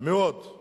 מוכר מאוד.